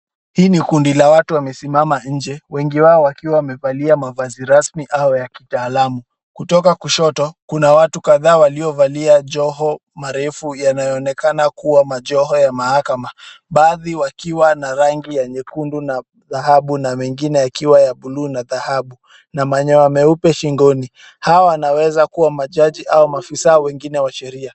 Hii ni kundi la watu wamesimama nje, wengi wao wakiwa wamevalia mavazi rasmi au ya kitaalamu. Kutoka kushoto, kuna watu kadhaa waliovalia joho, marefu yanayoonekana kuwa majoho ya mahakama, baadhi wakiwa na rangi ya nyekundu na dhahabu na mengine yakiwa ya buluu na dhahabu, na manyoa meupe shingoni. Hawa wanaweza kuwa majaji au maafisa wengine wa sheria.